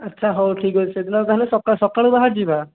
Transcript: ଆଚ୍ଛା ହଉ ଠିକ୍ ଅଛି ସେଦିନ ତା'ହେଲେ ସକ ସକାଳୁ ବାହାରି ଯିବା